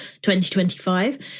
2025